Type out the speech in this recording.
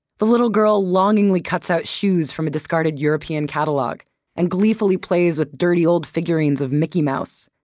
the little girl longingly cuts out shoes from a discarded european catalog and gleefully plays with dirty old figurines of mickey mouse.